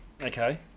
Okay